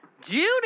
Judy